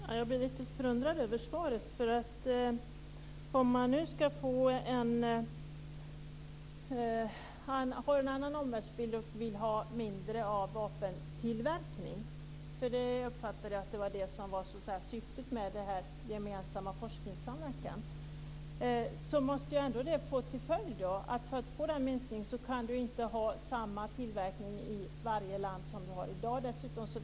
Herr talman! Jag blir lite förundrad över svaret. Om man har en annan omvärldsbild och vill ha mindre vapentillverkning - jag uppfattade att det var det som var syftet med den gemensamma forskningssamverkan - måste det ändå få till följd att man inte kan ha samma tillverkning i varje land som i dag om det ska bli någon minskning.